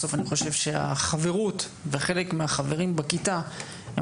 בסוף אני חושב שהחברות וחלק מהחברים בכיתה הם